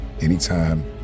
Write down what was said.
anytime